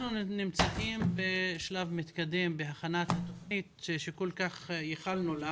אנחנו נמצאים בשלב מתקדם בהכנת תוכנית שכל כך ייחלנו לה